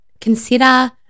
consider